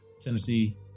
Tennessee